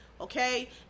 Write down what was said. okay